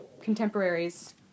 contemporaries